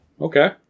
Okay